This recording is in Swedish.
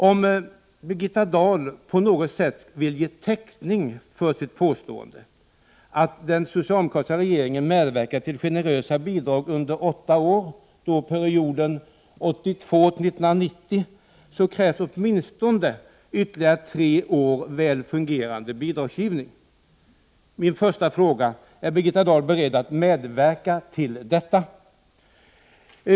Om Birgitta Dahl på något sätt vill ge täckning för sitt påstående att den socialdemokratiska regeringen medverkar till generösa bidrag under åtta år, dvs. under perioden 1982-1990, krävs det åtminstone ytterligare tre år med väl fungerande bidragsgivning. Är Birgitta Dahl beredd att medverka till detta?